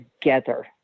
together